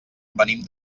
venim